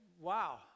wow